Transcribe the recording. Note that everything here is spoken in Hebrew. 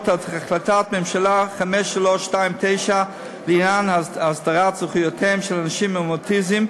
החלטת ממשלה 5329 לעניין הסדרת זכויותיהם של אנשים עם אוטיזם,